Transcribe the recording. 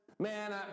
man